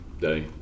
day